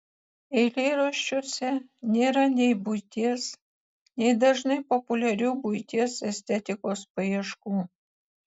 eilėraščiuose nėra nei buities nei dažnai populiarių buities estetikos paieškų